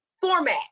format